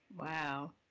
Wow